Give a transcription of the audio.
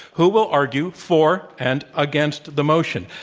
who will argue for and against the motion.